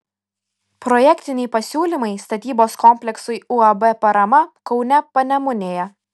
projektiniai pasiūlymai statybos kompleksui uab parama kaune panemunėje